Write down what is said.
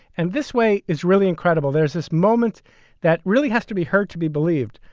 and this way is really incredible. there's this moment that really has to be heard to be believed.